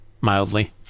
Mildly